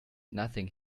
nothing